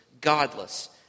godless